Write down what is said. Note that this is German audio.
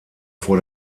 vor